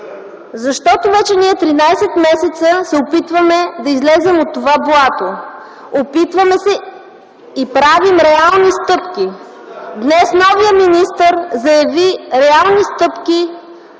Ние вече 13 месеца се опитваме да излезем от това блато. Опитваме се и правим реални стъпки. Днес новият министър заяви реални стъпки